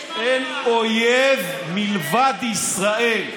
אין אויב מלבד ישראל.